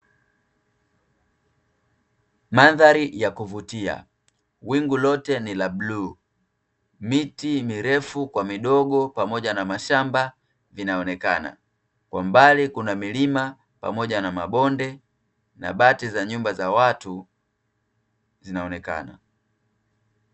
Mandhari ya kuvutia, wingu lote ni la bluu, miti mirefu kwa midogo pamoja na mashamba vinaonekana. Kwa mbali kuna milima pamoja na mabonde, na bati za nyumba za watu zinaonekana.